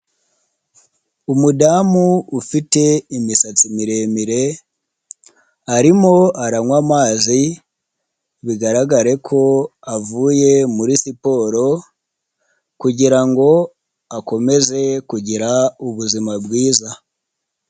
Umudamu ufite imisatsi miremire arimo aranywa amazi bigaragare ko avuye muri siporo kugira ngo akomeze kugira ubuzima bwiza.